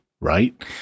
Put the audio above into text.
right